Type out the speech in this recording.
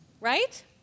Right